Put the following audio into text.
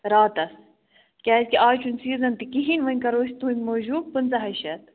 راتَس کیٛازکہِ اَز چھُنہٕ سیٖزَن تہِ کِہیٖنٛۍ وۅنۍ کَرو أسۍ تُہٕنٛدِ موٗجوٗب پَنٛدہاے شٮ۪تھ